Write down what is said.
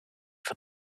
for